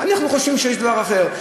אנחנו חושבים שיש דבר אחר.